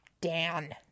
Dan